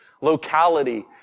locality